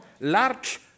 large